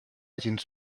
gens